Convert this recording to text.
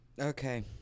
Okay